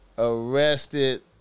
arrested